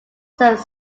self